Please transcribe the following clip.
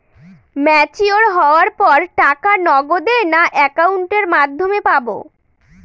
Mature হওয়ার পর টাকা নগদে না অ্যাকাউন্টের মাধ্যমে পাবো?